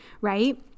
right